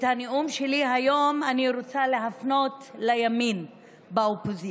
את הנאום שלי היום אני רוצה להפנות לימין באופוזיציה,